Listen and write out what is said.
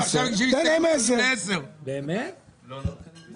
עכשיו נעבור להסתייגות מספר 87. במקום סעיף